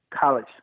college